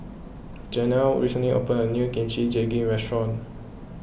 Janel recently opened a new Kimchi Jjigae restaurant